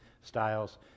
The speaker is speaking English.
styles